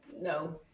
no